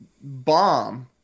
bomb